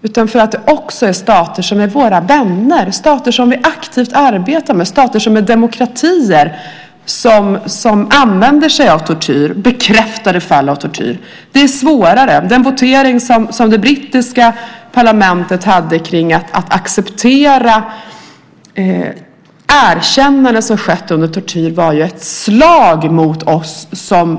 Det som gör det svårt är att det är stater som är våra vänner, stater som vi aktivt arbetar med, stater som är demokratier som använder sig av tortyr, bekräftade fall av tortyr. Det är svårare. Den votering som det brittiska parlamentet hade kring att acceptera erkännande som skett under tortyr är ett slag mot oss